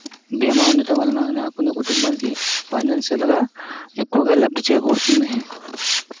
బీమా ఉండటం వలన నాకు నా కుటుంబానికి ఫైనాన్షియల్గా ఎక్కువగా లబ్ధి చేకూరుతుంది